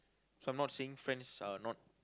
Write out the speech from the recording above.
so I'm not saying friends are not